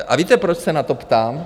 A víte, proč se na to ptám?